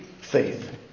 faith